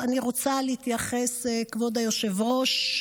בנוסף, אני רוצה להתייחס, כבוד היושב-ראש,